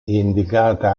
indicata